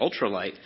ultralight